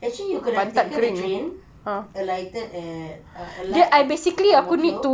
actually you could have taken a train alighted at alight at ang mo kio